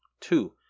Two